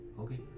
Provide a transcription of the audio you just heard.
Okay